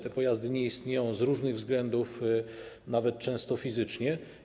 Te pojazdy nie istnieją z różnych względów, nawet często fizycznie.